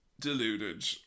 deluded